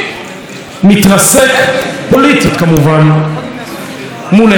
מתרסק, פוליטית, כמובן מול עינינו.